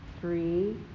three